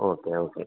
okay okay